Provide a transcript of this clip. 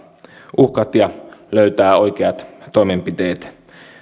uhkat ja löytää oikeat toimenpiteet